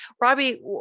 Robbie